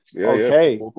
Okay